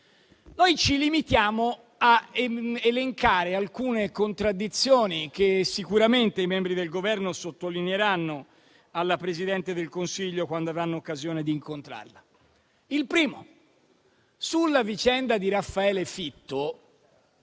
Noi ci limitiamo a elencare alcune contraddizioni che sicuramente i membri del Governo sottolineeranno alla Presidente del Consiglio quando avranno l'occasione di incontrarla. La prima: sulla vicenda di Raffaele Fitto,